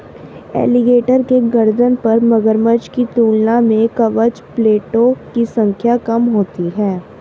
alligator के गर्दन पर मगरमच्छ की तुलना में कवच प्लेटो की संख्या कम होती है